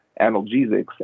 analgesics